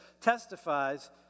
testifies